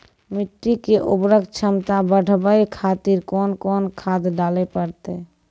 मिट्टी के उर्वरक छमता बढबय खातिर कोंन कोंन खाद डाले परतै?